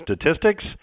Statistics